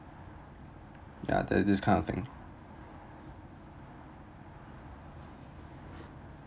ya the this kind of thing